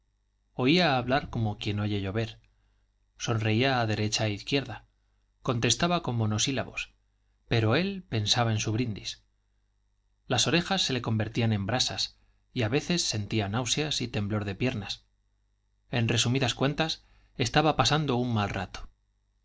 oía hablar como quien oye llover sonreía a derecha e izquierda contestaba con monosílabos pero él pensaba en su brindis las orejas se le convertían en brasas y a veces sentía náuseas y temblor de piernas en resumidas cuentas estaba pasando un mal rato